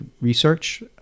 research